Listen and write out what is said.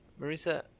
Marisa